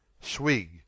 swig